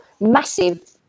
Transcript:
massive